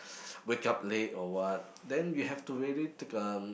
wake up late or what then you have to really take um